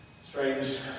strange